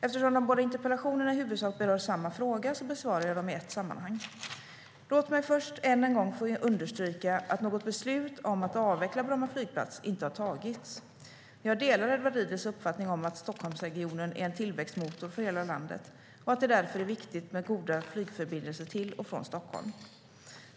Eftersom de båda interpellationerna i huvudsak berör samma fråga besvarar jag dem i ett sammanhang. Låt mig först än en gång få understryka att något beslut om att avveckla Bromma flygplats inte har tagits. Jag delar Edward Riedls uppfattning att Stockholmsregionen är en tillväxtmotor för hela landet och att det därför är viktigt med goda flygförbindelser till och från Stockholm.